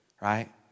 Right